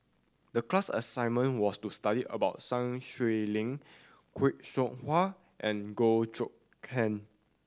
the class assignment was to study about Sun Xueling Khoo Seow Hwa and Goh Choon Kang